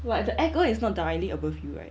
what the aircon is not directly above you right